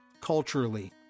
culturally